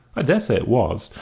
i dare say it was,